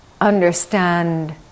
understand